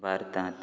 भारतांत